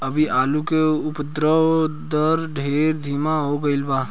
अभी आलू के उद्भव दर ढेर धीमा हो गईल बा